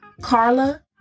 Carla